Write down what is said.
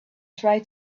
try